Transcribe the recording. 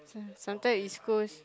sometimes East-Coast